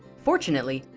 fortunately,